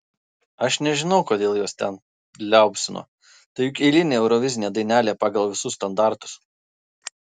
aš nežinau kodėl juos ten liaupsino tai juk eilinė eurovizinė dainelė pagal visus standartus